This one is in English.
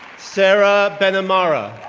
sarah benamara,